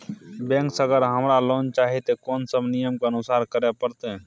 Bank से अगर हमरा लोन चाही ते कोन सब नियम के अनुसरण करे परतै?